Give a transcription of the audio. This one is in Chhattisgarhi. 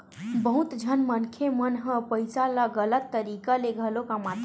बहुत झन मनखे मन ह पइसा ल गलत तरीका ले घलो कमाथे